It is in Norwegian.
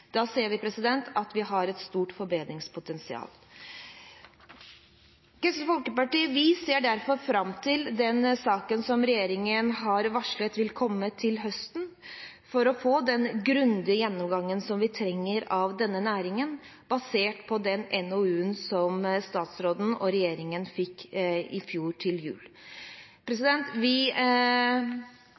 Da ser vi at vi har et stort forbedringspotensial. Vi i Kristelig Folkeparti ser derfor fram til den saken som regjeringen har varslet vil komme til høsten, for å få den grundige gjennomgangen som vi trenger av denne næringen, basert på den NOU-en som statsråden og regjeringen fikk i fjor til jul. Vi